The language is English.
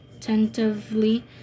tentatively